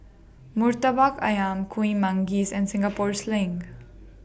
Murtabak Ayam Kuih Manggis and Singapore Sling